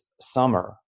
summer